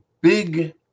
big